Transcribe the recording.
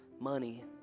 money